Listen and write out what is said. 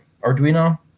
Arduino